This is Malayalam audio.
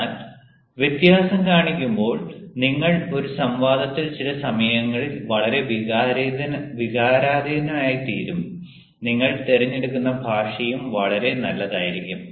എന്നാൽ വ്യത്യാസം കാണിക്കുമ്പോൾ നിങ്ങൾ ഒരു സംവാദത്തിൽ ചില സമയങ്ങളിൽ വളരെ വികാരാധീനനായിത്തീരും നിങ്ങൾ തിരഞ്ഞെടുക്കുന്ന ഭാഷയും വളരെ നല്ലതായിരിക്കും